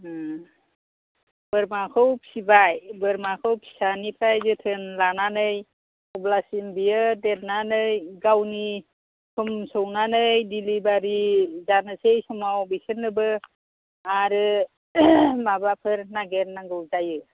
उम बोरमाखौ फिबाय बोरमाखौ फिसानिफ्राय जोथोन लानानै अब्लासिम बियो देरनानै गावनि सम सौनानै डेलिभारि जानोसै समाव बिसोरनोबो आरो माबाफोर नागेरनांगौ जायो